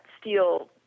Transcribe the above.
steel